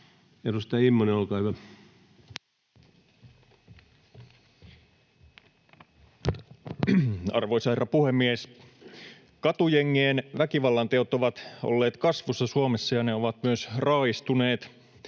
Edustaja Immonen, olkaa hyvä. Arvoisa herra puhemies! Katujengien väkivallanteot ovat olleet kasvussa Suomessa, ja ne ovat myös raaistuneet.